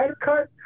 cut